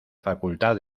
facultad